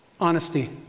Honesty